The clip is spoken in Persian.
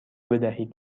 بدهید